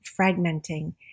fragmenting